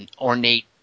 ornate